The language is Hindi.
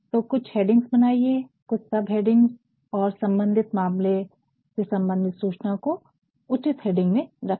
तो कुछ हेडिंग्स बनाइए कुछ सब हेडिंग्स और संबंधित मामले से संबंधित सूचना को उचित हेडिंग में रखें